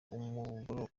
umugoroba